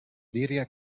diría